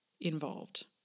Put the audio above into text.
involved